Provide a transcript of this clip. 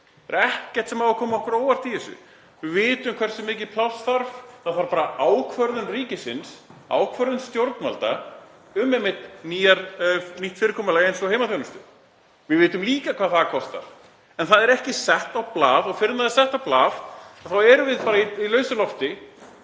er ekkert sem á að koma okkur á óvart í þessu. Við vitum hversu mikið pláss þarf. Það þarf bara ákvörðun ríkisins, ákvörðun stjórnvalda um nýtt fyrirkomulag eins og heimaþjónustu. Við vitum líka hvað það kostar en það er ekki sett á blað og þangað til það er sett á blað þá erum við bara í lausu lofti